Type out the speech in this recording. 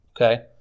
Okay